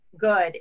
good